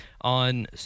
on